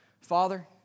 Father